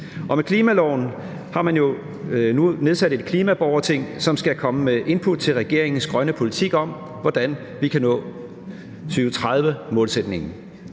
Og med klimaloven har man jo nu nedsat et klimaborgerting, som skal komme med input til regeringens grønne politik, med hensyn til hvordan vi kan nå 2030-målsætningen.